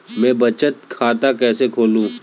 मैं बचत खाता कैसे खोलूं?